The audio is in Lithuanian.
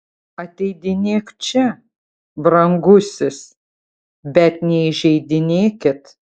ateidinėk čia brangusis bet neįžeidinėkit